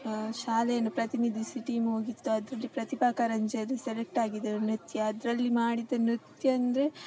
ಶಾಲೆಯನ್ನು ಪ್ರತಿನಿಧಿಸಿ ಟೀಮ್ ಹೋಗಿತ್ತು ಅದರಲ್ಲಿ ಪ್ರತಿಭಾ ಕಾರಂಜಿಯದ್ದು ಸೆಲೆಕ್ಟ್ ಆಗಿದೆ ನೃತ್ಯ ಅದರಲ್ಲಿ ಮಾಡಿದ ನೃತ್ಯ ಅಂದ್ರೆ